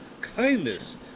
kindness